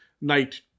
Night